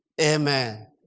Amen